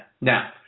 Now